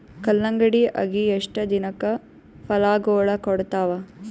ಕಲ್ಲಂಗಡಿ ಅಗಿ ಎಷ್ಟ ದಿನಕ ಫಲಾಗೋಳ ಕೊಡತಾವ?